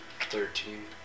Thirteen